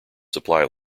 supply